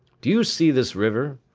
do you see this river?